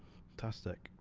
fantastic.